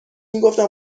میگفتم